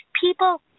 people